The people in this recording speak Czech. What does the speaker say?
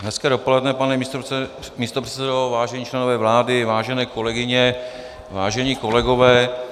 Hezké dopoledne, pane místopředsedo, vážení členové vlády, vážené kolegyně, vážení kolegové.